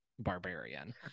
barbarian